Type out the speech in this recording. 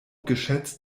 geschätzt